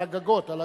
על הגגות.